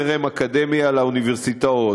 חרם אקדמי על האוניברסיטאות,